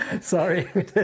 Sorry